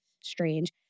strange